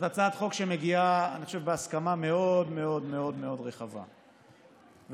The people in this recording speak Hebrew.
היא הצעת חוק שמגיעה בהסכמה רחבה מאוד,